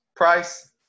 Price